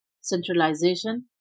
centralization